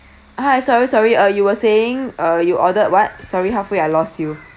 hi sorry sorry uh you were saying uh you ordered what sorry half way I lost you